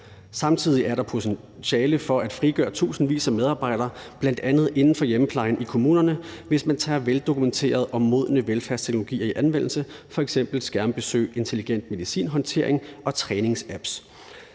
Samtidig er der potentiale for at frigøre tusindvis af medarbejdere, bl.a. inden for hjemmeplejen i kommunerne, hvis man tager veldokumenterede og modne velfærdsteknologier i anvendelse, f.eks. skærmbesøg, intelligent medicinhåndtering og træningsapps.